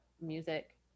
music